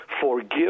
forgive